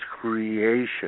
creation